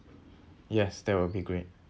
yes that will be great